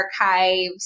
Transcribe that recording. archives